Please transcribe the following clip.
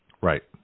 right